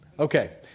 Okay